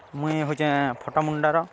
ମୁଇଁ ହଉେଚେଁ ଫଟାମୁୁଣ୍ଡାର